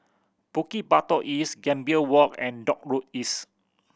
Bukit Batok East Gambir Walk and Dock Road East